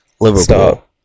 Liverpool